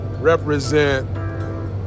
Represent